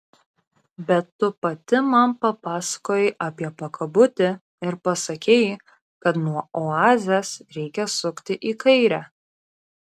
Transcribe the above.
bet tu pati man papasakojai apie pakabutį ir pasakei kad nuo oazės reikia sukti į kairę